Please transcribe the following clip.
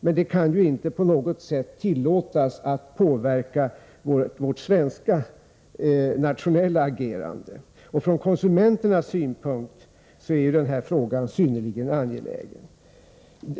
Men det kan inte på något sätt tillåtas påverka vårt nationella agerande. Från konsumenternas synpunkt är den här frågan synnerligen angelägen.